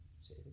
say